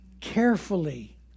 carefully